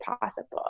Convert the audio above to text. possible